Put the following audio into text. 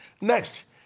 Next